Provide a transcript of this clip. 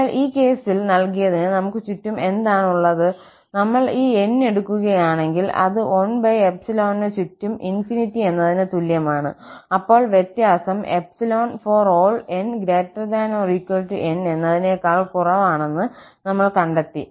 അതിനാൽ ഈ കേസിൽ നൽകിയതിന് നമുക്ക് എന്താണുള്ളത് നമ്മൾ ഈ N എടുക്കുകയാണെങ്കിൽ അത് 1 ന് ചുറ്റും ∞ എന്നതിന് തുല്യമാണ് അപ്പോൾ വ്യത്യാസം ∈∀n≥N എന്നതിനേക്കാൾ കുറവാണെന്ന് നമ്മൾ കണ്ടെത്തി